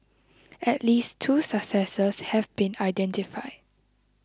at least two successors have been identified